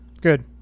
Good